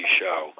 show